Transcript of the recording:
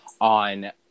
on